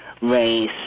race